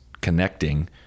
connecting